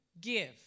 give